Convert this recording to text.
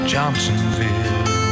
Johnsonville